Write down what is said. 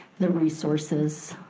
the resources,